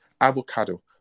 avocado